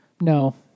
no